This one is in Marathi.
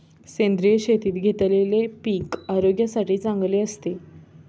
सेंद्रिय शेतीत घेतलेले पीक आरोग्यासाठी चांगले असते